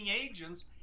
agents